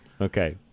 Okay